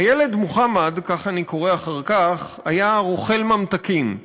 הילד מוחמד, כך אני קורא אחר כך, היה רוכל ממתקים,